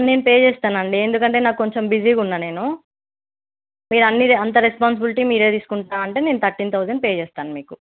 నేను పే చేస్తాను అండి ఎందుకు అంటే నాకు కొంచెం బిజీగా ఉన్నా నేను మీరు అన్ని అంతా రెస్పాన్సిబిలిటీ మీరే తీసుకుంటా అంటే నేను థర్టీన్ థౌజండ్ పే చేస్తాను మీకు